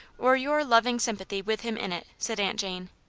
or your loving sym pathy with him in it, said aunt jane.